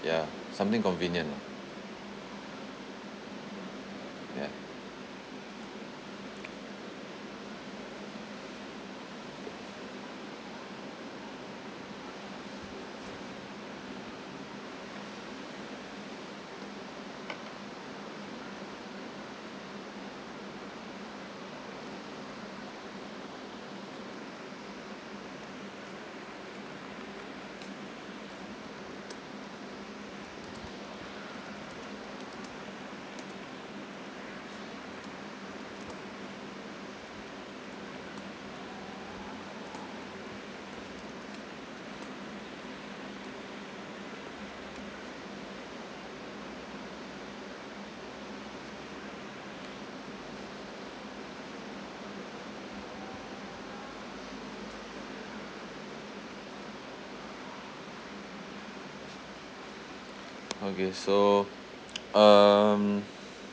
ya something convenient lah ya okay so um